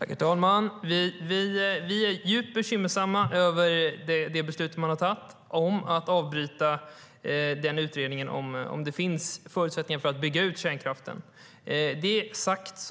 Herr talman! Vi är djupt bekymrade över det beslut som man har tagit om att avbryta utredningen om det finns förutsättningar för att bygga ut kärnkraften. Med det sagt